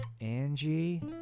angie